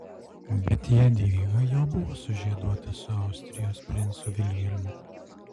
bet jadvyga jau buvo sužieduota su austrijos princu vilhelmu